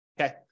okay